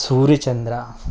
ಸೂರ್ಯಚಂದ್ರ